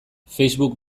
facebook